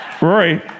Rory